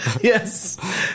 Yes